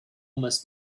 must